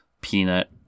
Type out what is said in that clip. peanut